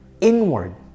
inward